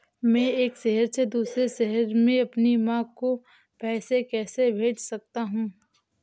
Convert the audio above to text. मैं एक शहर से दूसरे शहर में अपनी माँ को पैसे कैसे भेज सकता हूँ?